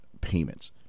payments